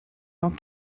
dans